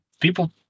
people